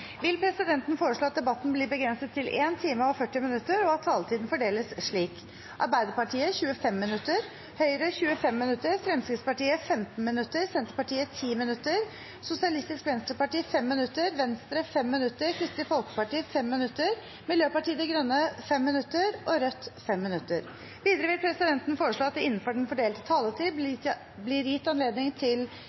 vil presidenten foreslå at debatten blir begrenset til 1 time og 40 minutter, og at taletiden fordeles slik: Arbeiderpartiet 25 minutter, Høyre 25 minutter, Fremskrittspartiet 15 minutter, Senterpartiet 10 minutter, Sosialistisk Venstreparti 5 minutter, Venstre 5 minutter, Kristelig Folkeparti 5 minutter, Miljøpartiet De Grønne 5 minutter og Rødt 5 minutter. Videre vil presidenten foreslå at det – innenfor den fordelte taletid – blir gitt anledning til